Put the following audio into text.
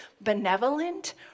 benevolent